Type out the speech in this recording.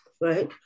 right